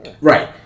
Right